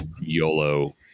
YOLO